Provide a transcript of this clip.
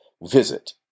Visit